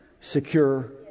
secure